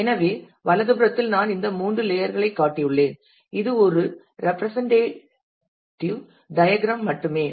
எனவே வலதுபுறத்தில் நான் இந்த மூன்று லேயர் களைக் காட்டியுள்ளேன் இது ஒரு ரேபிரசன்ட்டேடியூ டயகிரம் மட்டுமே